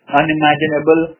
unimaginable